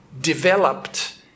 developed